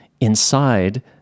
Inside